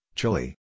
Chile